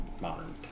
modern